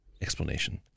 Explanation